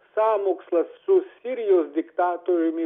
sąmokslas su sirijos diktatoriumi